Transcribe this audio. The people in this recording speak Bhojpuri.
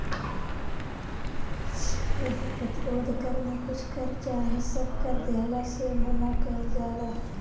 युद्ध प्रतिरोध कर में कुछ कर चाहे सब कर देहला से मना कईल जाला